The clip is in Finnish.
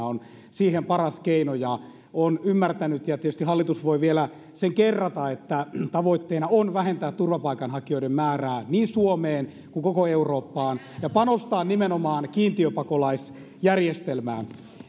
on siihen paras keino olen ymmärtänyt ja tietysti hallitus voi vielä sen kerrata että tavoitteena on vähentää turvapaikanhakijoiden määrää niin suomessa kuin koko euroopassa ja panostaa nimenomaan kiintiöpakolaisjärjestelmään